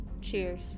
cheers